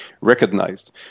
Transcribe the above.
recognized